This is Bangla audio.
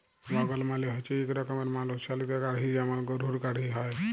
ওয়াগল মালে হচ্যে ইক রকমের মালুষ চালিত গাড়হি যেমল গরহুর গাড়হি হয়